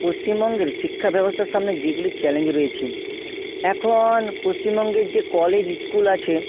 পশ্চিমবঙ্গের শিক্ষা ব্যবস্থার সামনে যেগুলি চ্যালেঞ্জ রয়েছে এখন পশ্চিমবঙ্গের যে কলেজ স্কুল আছে